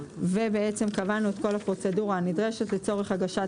ובעצם קבענו את כל הפרוצדורה הנדרשת לצורך הגשת